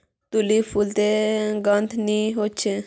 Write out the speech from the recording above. tulip फुलोत गंध नि होछे